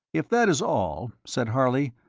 if that is all, said harley,